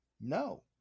No